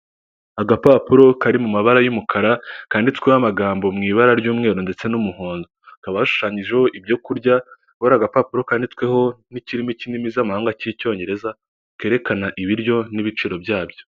Agapapuro kari mu mabara y'umukara, kanditsweho amagambo mu ibara ry'umweru ndetse n'umuhondo. Hakaba hashushanyijeho ibyo kurya, akaba ari agapapuro kanditsweho n'ikirimi kindimi z'amahanga, cy'Icyongereza, kerekana ibiryo n'ibiciro byabyo.